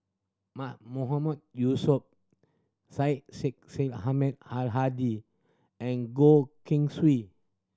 Mahmood Yusof Syed Sheikh Syed Ahmad Al Hadi and Goh Keng Swee